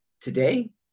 Today